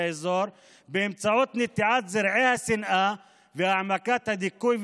האזור באמצעות נטיעת זרעי השנאה והעמקת הדיכוי,